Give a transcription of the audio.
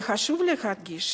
וחשוב להדגיש